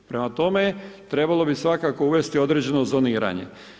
Prema tome, trebalo bi svakako uvesti određeno zoniranje.